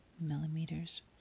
millimeters